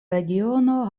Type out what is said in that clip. regiono